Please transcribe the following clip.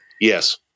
Yes